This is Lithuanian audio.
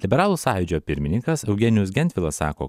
liberalų sąjūdžio pirmininkas eugenijus gentvilas sako